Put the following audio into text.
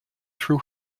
threw